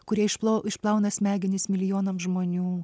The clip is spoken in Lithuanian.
kurie išplo išplauna smegenis milijonams žmonių